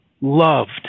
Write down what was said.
loved